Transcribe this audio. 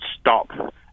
stop